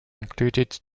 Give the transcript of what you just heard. included